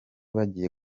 bagiye